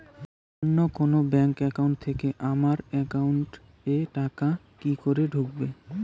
অন্য কোনো bank account থেকে আমার একাউন্ট এ টাকা কি করে ঢুকবে?